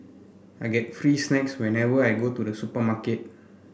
I get free snacks whenever I go to the supermarket